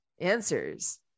answers